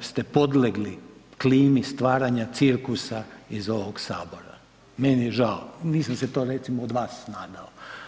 ste podlegli klimi stvaranja cirkusa iz ovog Sabora, meni je žao, nisam se to recimo od vas nadao.